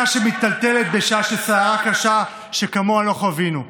שמיטלטלת בשעה של סערה קשה שכמוה לא חווינו.